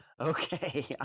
Okay